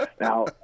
Now